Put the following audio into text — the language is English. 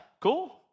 cool